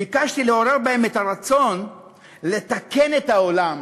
ביקשתי לעורר בהם את הרצון לתקן את העולם